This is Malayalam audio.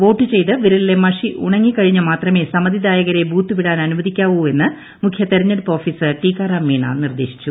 വോട്ട് ചെയ്ത് വിരലിലെ മഷി ഉണങ്ങിക്കഴിഞ്ഞ് മാത്രമേ സമ്മിതിദായകരെ ബൂത്ത് വിടാൻ അനുവദിക്കാവൂ എന്ന് മുഖ്യ തെരഞ്ഞെടുപ്പ് ഓഫീസർ ടിക്കാറാം മീണ നിർദ്ദേശം നൽകി